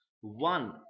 one